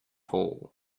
hole